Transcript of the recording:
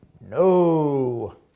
No